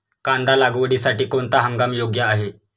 कांदा लागवडीसाठी कोणता हंगाम योग्य आहे?